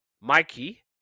Mikey